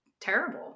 terrible